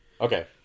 Okay